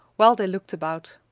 while they looked about.